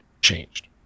changed